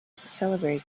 salivary